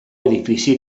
edifici